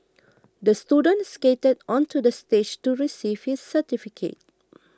the student skated onto the stage to receive his certificate